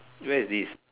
where is this